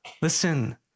Listen